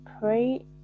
pray